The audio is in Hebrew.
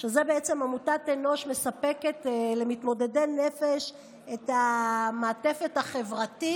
עמותת אנוש מספקת למתמודדי נפש את המעטפת החברתית,